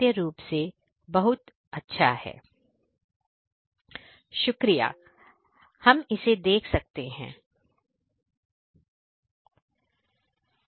मैं मिस्टर देवाशीष मिश्रा को बुलाना चाहता हूं और मेरी उनसे विनती है कि वह उद्योग 40 के प्रोसेस एनालिसिस के बारे में बताएं